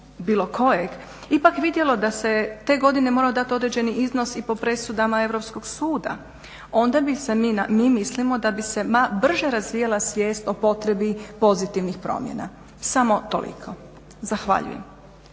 bilo kojeg, ipak vidjelo da se te godine morao dati određeni iznos i po presudama Europskog suda, onda bi se, mi mislimo da bi se brže razvijala svijest o potrebi pozitivnih promjena. Samo toliko. Zahvaljujem.